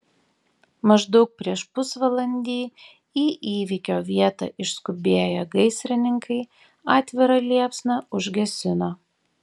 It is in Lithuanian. maždaug prieš pusvalandį į įvykio vietą išskubėję gaisrininkai atvirą liepsną užgesino